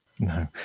No